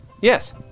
Yes